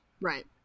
right